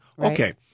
Okay